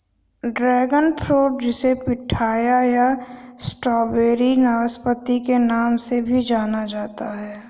dragon fruit जिसे pitaya या strawberry नाशपाती के नाम से भी जाना जाता है